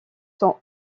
sont